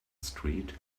street